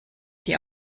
die